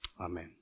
Amen